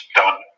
done